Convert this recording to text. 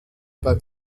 beim